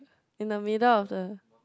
in the middle of the